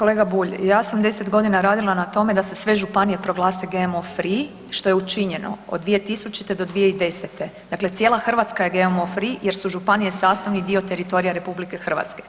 Kolega Bulj, ja sam 10 godina radila na tome da se sve županije proglase GMO free, što je učinjeno, od 2000. do 2010. dakle cijela Hrvatska je GMO free jer su županije sastavni dio teritorija RH.